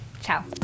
Ciao